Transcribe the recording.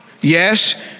Yes